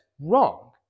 wrong